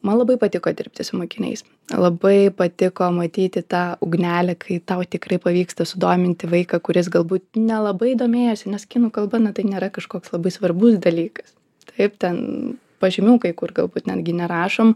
man labai patiko dirbti su mokiniais labai patiko matyti tą ugnelę kai tau tikrai pavyksta sudominti vaiką kuris galbūt nelabai domėjosi nes kinų kalba na tai nėra kažkoks labai svarbus dalykas taip ten pažymių kai kur galbūt netgi nerašom